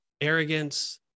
arrogance